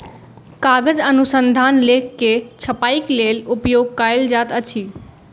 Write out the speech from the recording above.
कागज अनुसंधान लेख के छपाईक लेल उपयोग कयल जाइत अछि